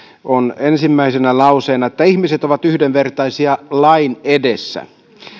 on ensimmäisenä lauseena että ihmiset ovat yhdenvertaisia lain edessä